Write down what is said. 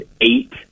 eight